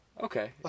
Okay